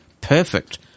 perfect